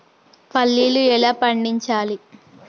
పల్లీలు ఎలా పండించాలి?